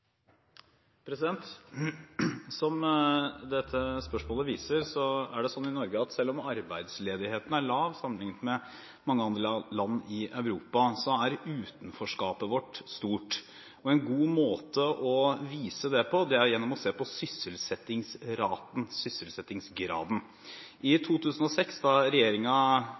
Som dette spørsmålet viser, er det slik i Norge at selv om arbeidsledigheten er lav sammenlignet med mange andre land i Europa, så er utenforskapet vårt stort. En god måte å vise det på er ved å se på sysselsettingsraten, sysselsettingsgraden. I 2006, da